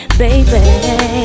baby